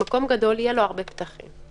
למקום גדול יהיו הרבה פתחים.